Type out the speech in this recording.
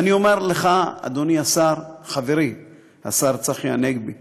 אני אומר לך, אדוני השר, חברי השר צחי הנגבי: